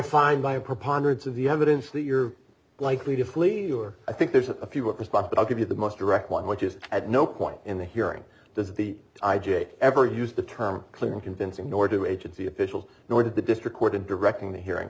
find by a preponderance of the evidence that you're likely to flee or i think there's a few response but i'll give you the most direct one which is at no point in the hearing does the i j a ever use the term clear and convincing nor do agency officials nor does the district court in directing the hearing